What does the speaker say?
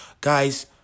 guys